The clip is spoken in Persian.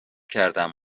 کردم